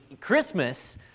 Christmas